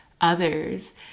others